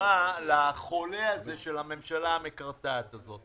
הנשמה לחולה הזה, לממשלה המקרטעת הזאת.